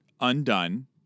Undone